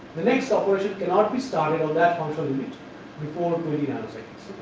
the next operation cannot be started on that functional unit before twenty nano seconds.